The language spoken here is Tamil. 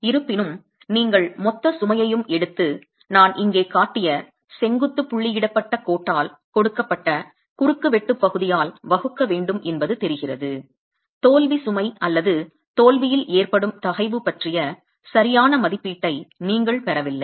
இருப்பினும் நீங்கள் மொத்த சுமையையும் எடுத்து நான் இங்கே காட்டிய செங்குத்து புள்ளியிடப்பட்ட கோட்டால் கொடுக்கப்பட்ட குறுக்குவெட்டுப் பகுதியால் வகுக்க வேண்டும் என்பது தெரிகிறது தோல்வி சுமை அல்லது தோல்வியில் ஏற்படும் தகைவு பற்றிய சரியான மதிப்பீட்டை நீங்கள் பெறவில்லை